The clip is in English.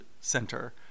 center